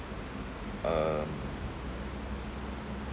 um